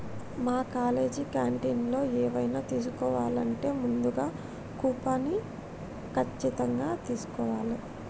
మా కాలేజీ క్యాంటీన్లో ఎవైనా తీసుకోవాలంటే ముందుగా కూపన్ని ఖచ్చితంగా తీస్కోవాలే